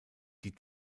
die